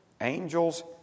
angels